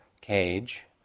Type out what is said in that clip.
cage